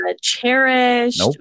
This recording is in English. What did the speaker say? cherished